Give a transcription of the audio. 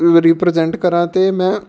represent ਕਰਾਂ ਅਤੇ ਮੈਂ